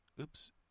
oops